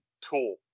Tool